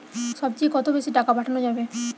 সব চেয়ে কত বেশি টাকা পাঠানো যাবে?